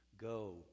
go